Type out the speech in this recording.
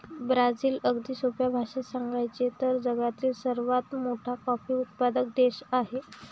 Brazil, अगदी सोप्या भाषेत सांगायचे तर, जगातील सर्वात मोठा कॉफी उत्पादक देश आहे